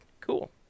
Cool